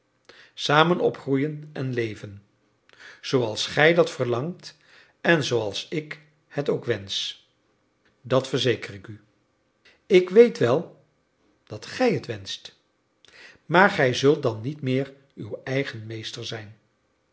samen opgroeien en leven zooals gij dat verlangt en zooals ik het ook wensch dat verzeker ik u ik weet wel dat gij het wenscht maar gij zult dan niet meer uw eigen meester zijn